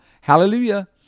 Hallelujah